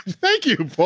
thank you paul!